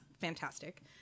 fantastic